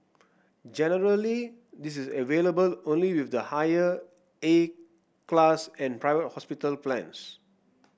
generally this is available only with the higher A class and private hospital plans